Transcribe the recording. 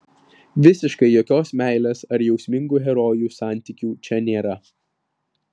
visiškai jokios meilės ar jausmingų herojų santykių čia nėra